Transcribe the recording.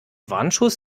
warnschuss